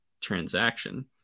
transaction